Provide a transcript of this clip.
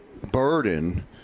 burden